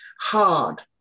hard